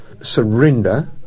Surrender